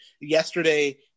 Yesterday